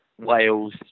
Wales